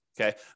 Okay